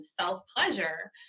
self-pleasure